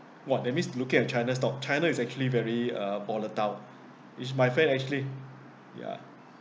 !wah! that means looking at china's stock china is actually very uh volatile it's my friend actually